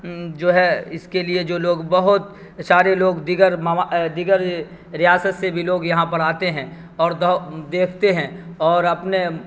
جو ہے اس کے لیے جو لوگ بہت سارے لوگ دیگر دیگر ریاست سے بھی لوگ یہاں پر آتے ہیں اور دیکھتے ہیں اور اپنے